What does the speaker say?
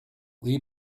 lee